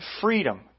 freedom